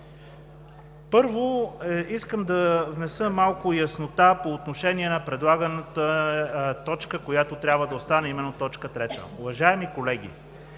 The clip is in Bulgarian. Първо, искам да внеса малко яснота по отношение на предлаганата точка, която трябва да остане, а именно точка трета. Уважаеми колеги,